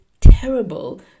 terrible